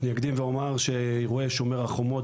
אני אקדים ואומר שאירועי "שומר החומות"